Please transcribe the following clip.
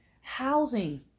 housing